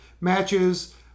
matches